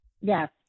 Yes